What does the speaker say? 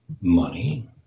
money